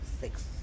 six